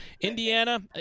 Indiana